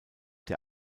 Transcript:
der